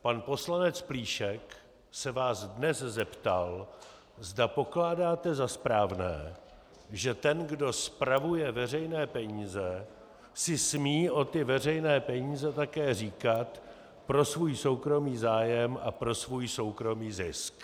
Pan poslanec Plíšek se vás dnes zeptal, zda pokládáte za správné, že ten, kdo spravuje veřejné peníze, si smí o ty veřejné peníze také říkat pro svůj soukromý zájem a pro svůj soukromý zisk.